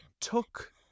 took